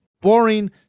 boring